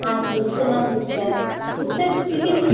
ఆ తీసుకున్నాను sister sister chicken